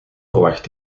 verwacht